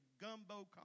gumbo